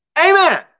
Amen